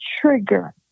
trigger